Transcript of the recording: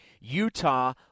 Utah